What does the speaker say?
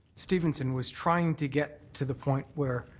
stevenson was trying to get to the point where